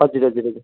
हजुर हजुर हजुर